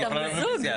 הצעות החוק